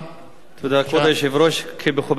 כבוד היושב-ראש, תודה, מכובדי השר,